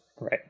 Right